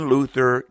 Luther